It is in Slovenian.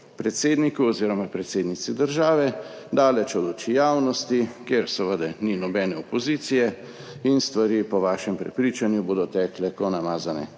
predsedniku oziroma predsednici države, daleč od oči javnosti, kjer seveda ni nobene opozicije, in stvari bodo po vašem prepričanju tekle kot namazane